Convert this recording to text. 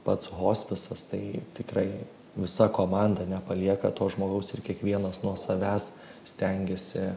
pats hospisas tai tikrai visa komanda nepalieka to žmogaus ir kiekvienas nuo savęs stengiasi